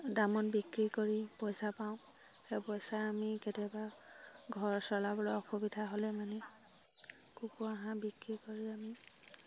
দামত বিক্ৰী কৰি পইচা পাওঁ সেই পইচা আমি কেতিয়াবা ঘৰ চলাবলৈ অসুবিধা হ'লে মানে কুকুৰা হাঁহ বিক্ৰী কৰি আমি